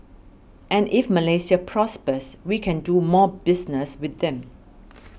and if Malaysia prospers we can do more business with them